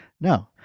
No